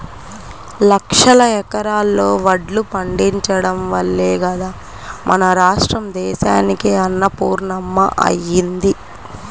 లక్షల ఎకరాల్లో వడ్లు పండించడం వల్లే గదా మన రాష్ట్రం దేశానికే అన్నపూర్ణమ్మ అయ్యింది